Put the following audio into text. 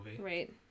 Right